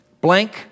Blank